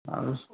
ଆଉ